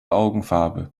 augenfarbe